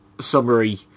summary